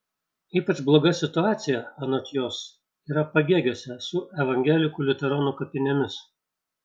ypač bloga situacija anot jos yra pagėgiuose su evangelikų liuteronų kapinėmis